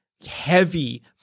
heavy